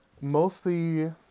mostly